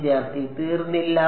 വിദ്യാർത്ഥി തീർന്നില്ല